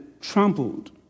trampled